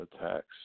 attacks